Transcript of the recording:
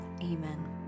Amen